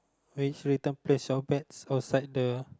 which written place your bets outside the